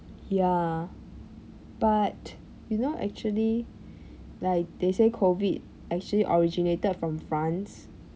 ya but you know actually like they say COVID actually originated from france